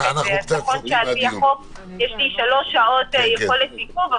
נכון שלפי החוק יש לי שלוש שעות יכולת עיכוב,